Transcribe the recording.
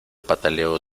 pataleo